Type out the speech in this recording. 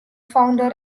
founder